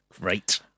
Great